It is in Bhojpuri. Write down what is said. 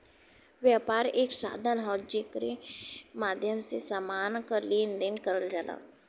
व्यापार एक साधन हौ जेकरे माध्यम से समान क लेन देन करल जाला